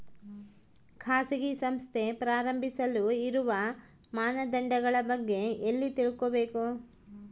ಖಾಸಗಿ ಸಂಸ್ಥೆ ಪ್ರಾರಂಭಿಸಲು ಇರುವ ಮಾನದಂಡಗಳ ಬಗ್ಗೆ ಎಲ್ಲಿ ತಿಳ್ಕೊಬೇಕು?